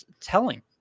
telling